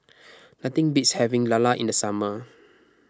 nothing beats having Lala in the summer